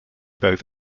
both